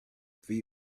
three